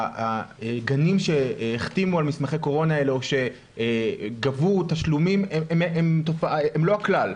הגנים שהחתימו על מסמכי הקורונה האלה או שגבו תשלומים הם לא הכלל,